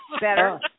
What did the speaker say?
better